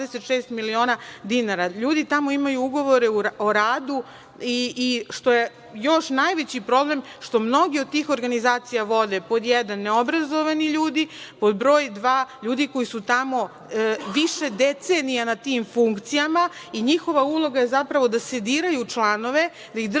26 miliona dinara. LJudi tamo imaju ugovore o radu i što još najveći problem, što mnogi od tih organizacija vode pod jedan neobrazovani ljudi, pod broj dva ljudi koji su tamo više decenija na tim funkcijama i njihova uloga je zapravo da biraju članove, da ih drže